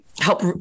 Help